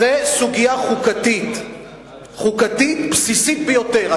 זה סוגיה חוקתית בסיסית ביותר.